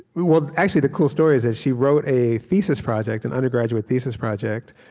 well, actually, the cool story is that she wrote a thesis project, an undergraduate thesis project,